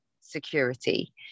security